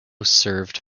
served